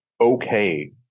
okay